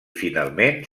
finalment